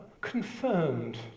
confirmed